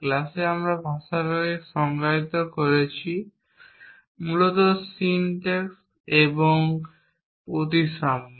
ক্লাসে আমরা ভাষাকে সংজ্ঞায়িত করেছি মূলত সিনট্যাক্স এবং প্রতিসাম্য